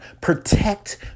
Protect